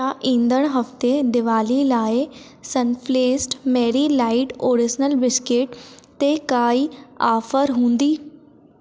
छा ईंदड़ हफ्ते दीवाली लाइ Sunfeast Marie light original biscuit ते काई ऑफर हूंदी